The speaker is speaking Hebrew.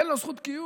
אין לו זכות קיום.